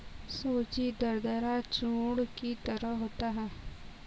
सूजी दरदरा चूर्ण की तरह होता है